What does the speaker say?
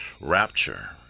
rapture